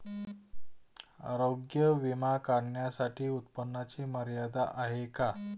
आरोग्य विमा काढण्यासाठी उत्पन्नाची मर्यादा आहे का?